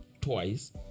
twice